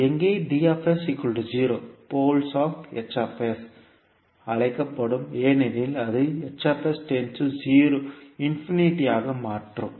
• எங்கே poles of என்றுஅழைக்கப்படும் ஏனெனில் அது ஆக மாற்றும்